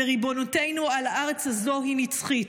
וריבונותנו על הארץ הזו היא נצחית.